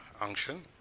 unction